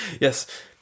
Yes